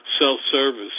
self-service